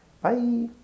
Bye